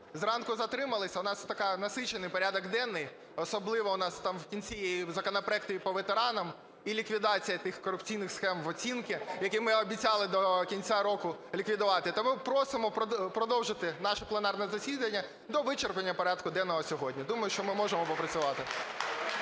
зранку затримались, у нас такий насичений порядок денний, особливо у нас там в кінці законопроекти по ветеранам і ліквідація тих корупційних схем в оцінці, які ми обіцяли до кінця року ліквідувати. Тому просимо продовжити наше пленарне засідання до вичерпання порядку денного сьогодні. Думаю, що ми можемо попрацювати.